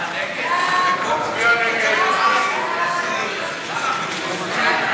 ההצעה להעביר לוועדה את הצעת חוק חינוך פיננסי,